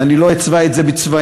ואני לא אצבע את זה בצבעים,